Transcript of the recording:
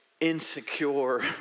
insecure